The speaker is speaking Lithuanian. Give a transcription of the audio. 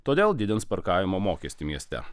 todėl didins parkavimo mokestį mieste